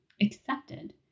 accepted